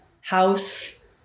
house